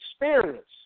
experience